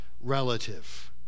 relative